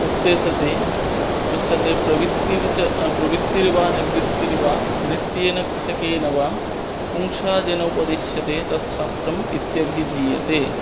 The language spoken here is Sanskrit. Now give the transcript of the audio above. उक्ते सति उच्यते प्रवृत्तिर्च प्रवृत्तिर्वा निवृत्तिर्वा नित्येन कृतकेन वा पुंसां येन उपदिश्यते तत् शास्त्रम् इत्यभिधीयते